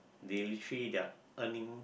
they literally they are earning